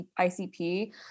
icp